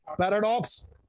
Paradox